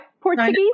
Portuguese